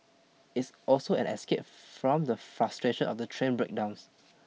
it's also an escape from the frustration of the train breakdowns